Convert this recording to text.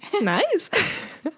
Nice